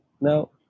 No